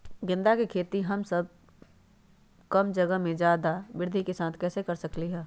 गेंदा के खेती हम कम जगह में ज्यादा वृद्धि के साथ कैसे कर सकली ह?